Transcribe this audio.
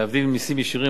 להבדיל ממסים ישירים,